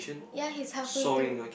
ya he's halfway through